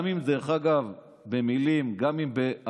גם אם במילים, גם אם בהעלאת